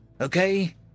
okay